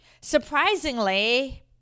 Surprisingly